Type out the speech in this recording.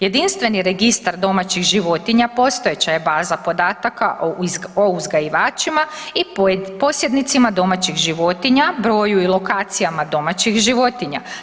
Jedinstveni registar domaćih životinja postojeća je baza podataka o uzgajivačima i posjednicima domaćih životinja, broju i lokacijama domaćih životinja.